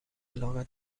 علاقه